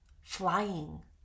Flying